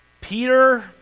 peter